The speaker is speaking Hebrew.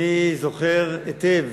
אני זוכר היטב